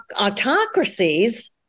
autocracies